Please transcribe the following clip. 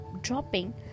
dropping